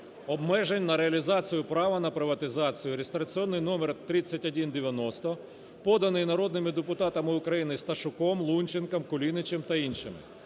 обмежень на реалізацію права на приватизацію (реєстраційний номер 3190), поданий народними депутатами України Сташуком, Лунченком, Кулінічем та іншими.